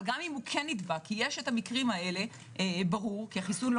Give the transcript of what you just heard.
אבל גם אם הוא כן נדבק כי החיסון לא